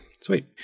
Sweet